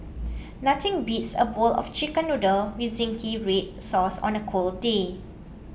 nothing beats a bowl of Chicken Noodles with Zingy Red Sauce on a cold day